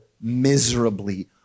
miserably